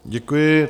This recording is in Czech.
Děkuji.